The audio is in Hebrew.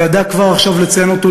וידעה כבר עכשיו לציין אותו,